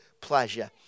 pleasure